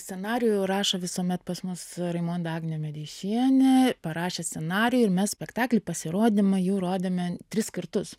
scenarijų rašo visuomet pas mus raimonda agnė medeišienė parašė scenarijų ir mes spektaklį pasirodymą jau rodėme tris kartus